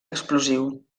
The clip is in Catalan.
explosiu